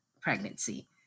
pregnancy